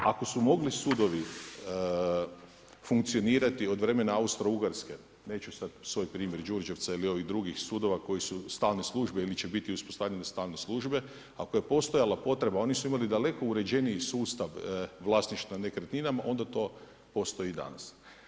Ako su mogli sudovi funkcionirati od vremena Austro Ugarske, neću sad svoj primjer Đurđevca ili ovih drugih sudova koje su stalne službe ili će biti uspostavljene stalne službe, ako je postajala potreba, oni su imali daleko uređeniji sustav vlasništva nekretninama onda to postoji i danas.